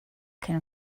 can